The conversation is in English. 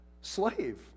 slave